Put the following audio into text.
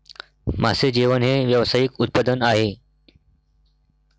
मासे जेवण हे व्यावसायिक उत्पादन आहे